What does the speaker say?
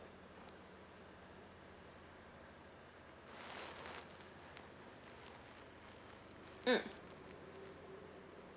mm